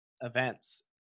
events